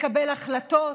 לקבל החלטות,